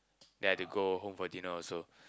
then I had to go home for dinner also